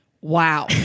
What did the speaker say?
Wow